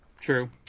True